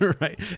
right